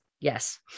yes